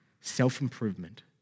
self-improvement